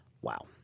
Wow